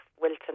Wilton